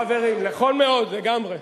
נכון מאוד, לגמרי.